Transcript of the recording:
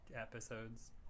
episodes